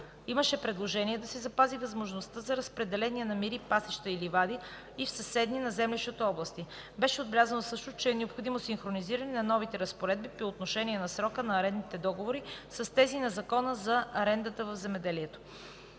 Имаше предложение да се запази възможността за разпределяне на мери, пасища и ливади и в съседни на землището области. Беше отбелязано също, че е необходимо синхронизиране на новите разпоредби по отношение на срока на арендните договори, с тези на Закона за арендата в земеделието.